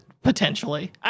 potentially